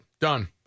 Done